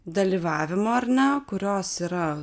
dalyvavimo ar ne kurios yra